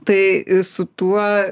tai su tuo